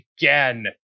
again